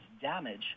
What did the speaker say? damage